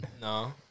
No